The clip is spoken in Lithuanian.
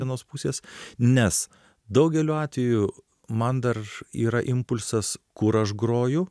vienos pusės nes daugeliu atvejų man dar yra impulsas kur aš groju